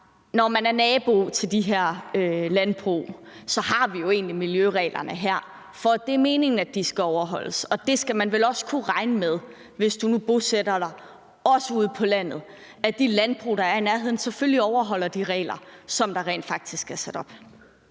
Når man er nabo til de her landbrug, har vi jo egentlig miljøreglerne her, fordi det er meningen, at de skal overholdes, og det skal man vel også kunne regne med, hvis man bosætter sig ude på landet, altså at de landbrug, der er i nærheden, selvfølgelig overholder de regler, der rent faktisk er sat op.